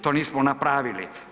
To nismo napravili.